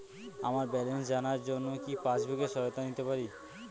আমার ব্যালেন্স জানার জন্য কি পাসবুকের সহায়তা নিতে পারি?